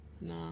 No